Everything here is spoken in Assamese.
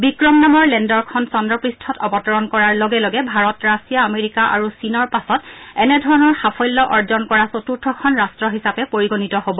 বিক্ৰম নামৰ লেণ্ডৰখন চন্দ্ৰপৃষ্ঠত অৱতৰণ কৰাৰ লগে লগে ভাৰত ৰাছিয়া আমেৰিকা আৰু চীনৰ পাছত এনে ধৰণৰ সাফল্য অৰ্জন কৰা চতুৰ্থখন ৰাষ্ট হিচাপে পৰিগণিত হ'ব